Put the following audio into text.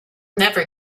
never